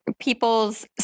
people's